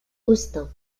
austin